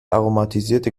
aromatisierte